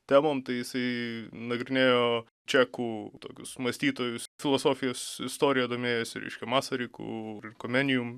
temom tai jisai nagrinėjo čekų tokius mąstytojus filosofijos istorija domėjosi reiškia masariku komenijum